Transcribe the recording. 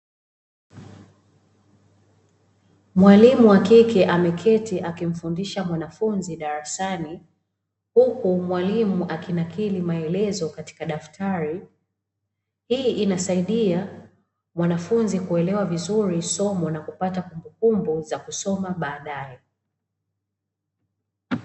Mwalimu wa kike ameketi akimfundisha mwanafunzi darasani, huku mwalimu akinakili maelezo katika daftari. Hii inasaidia mwanafunzi kuelewa vizuri somo na kupata kumbukumbu za kusoma baadaye.